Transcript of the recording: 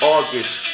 August